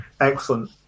Excellent